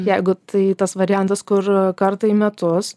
jeigu tai tas variantas kur kartą į metus